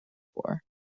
for